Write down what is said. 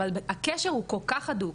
אבל הקשר הוא כל כך הדוק,